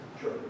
Sure